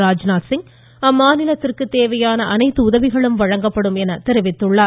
ராஜ்நாத் சிங் அம்மாநிலத்திற்கு தேவையான அனைத்து உதவிகளும் வழங்கப்படும் என தெரிவித்துள்ளார்